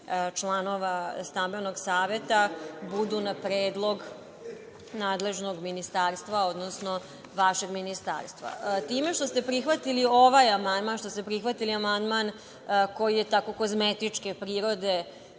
članova stambenog saveta budu na predlog nadležnog ministarstva, odnosno vašeg ministarstva. Time što ste prihvatili ovaj amandman, što ste prihvatili amandman koji je tako kozmetičke prirode,